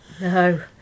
No